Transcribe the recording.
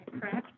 correct